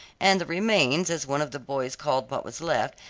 and the remains as one of the boys called what was left,